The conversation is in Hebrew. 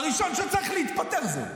הראשון שצריך להתפטר זה הוא.